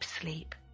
sleep